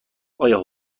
آیا